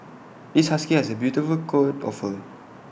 this husky has A beautiful coat of fur